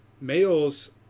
males